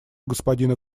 господина